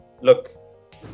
look